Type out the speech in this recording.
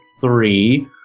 three